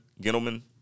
gentlemen